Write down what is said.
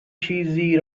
چیزی